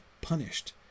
punished